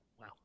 Wow